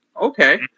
okay